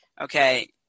Okay